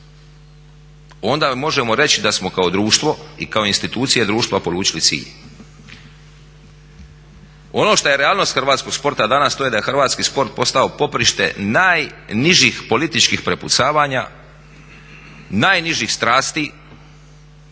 onda možemo reći da smo kao društvo i kao institucija društva polučili cilj. Ono što je realnost hrvatskog sporta danas to je da je hrvatski sport postao poprište najnižih političkih prepucavanja, najnižih strasti,